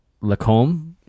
Lacombe